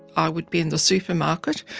i would be in the supermarket,